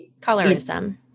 colorism